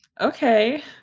okay